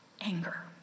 anger